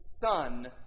son